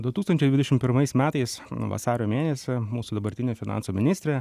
du tūkstančiai dvidešim pirmais metais vasario mėnesį mūsų dabartinė finansų ministrė